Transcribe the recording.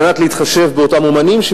כדי להתחשב באותם אמנים,